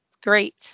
great